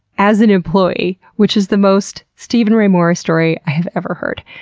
as an employee! which is the most steven-ray-morris story i have ever heard.